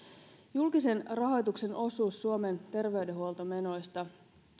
julkisen rahoituksen osuus suomen terveydenhuoltomenoista